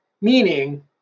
Meaning